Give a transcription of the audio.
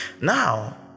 now